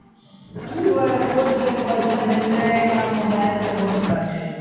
QR code से पईसा भेजला के काम मोबाइल से होत बाटे